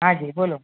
હા જી બોલો